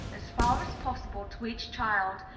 as far as possible to each child,